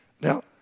Now